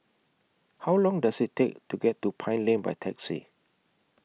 How Long Does IT Take to get to Pine Lane By Taxi